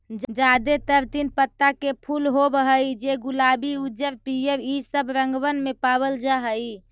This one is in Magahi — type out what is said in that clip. जादेतर तीन पत्ता के फूल होब हई जे गुलाबी उज्जर पीअर ईसब रंगबन में पाबल जा हई